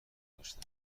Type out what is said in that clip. گذاشتم